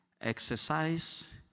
exercise